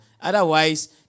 Otherwise